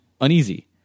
uneasy